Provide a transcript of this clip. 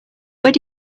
where